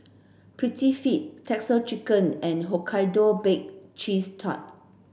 Prettyfit Texas Chicken and Hokkaido Baked Cheese Tart